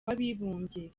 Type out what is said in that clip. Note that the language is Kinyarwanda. w’abibumbye